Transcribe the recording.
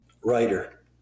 writer